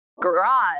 Garage